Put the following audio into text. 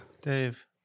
Dave